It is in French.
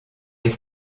les